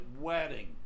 wedding